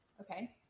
Okay